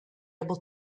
able